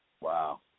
Wow